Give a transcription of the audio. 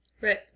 Right